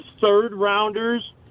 third-rounders